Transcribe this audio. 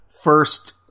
first